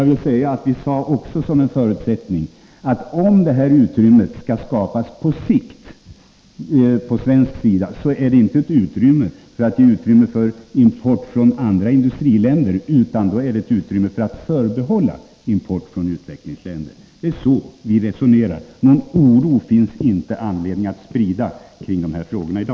Vi sade också som en förutsättning att om det här utrymmet på svensk sida skall skapas på sikt, att det inte får vara för att ge utrymme åt import från andra industriländer, utan det skall vara ett utrymme förbehållet import från utvecklingsländerna. Det är så vi resonerar. Någon oro finns det i dag inte anledning att sprida kring de här frågorna.